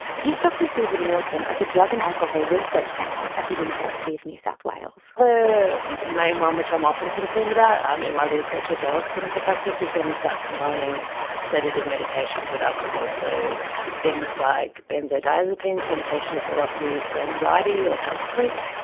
here's dr suzanne nielsen at the drug and alcohol research centre at the university of new south wales. the main and one which i'm often concerned about in my research as well as clinical practice is when we start combining sedative medications with alcohol. so things like benzodiazepines, medications that are often used for anxiety or to help sleep,